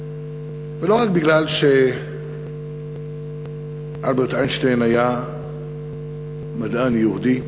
ולא רק מפני שאלברט איינשטיין היה מדען יהודי,